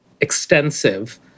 extensive